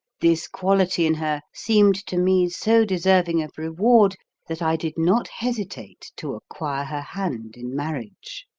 this quality in her seemed to me so deserving of reward that i did not hesitate to acquire her hand in marriage.